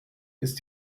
ist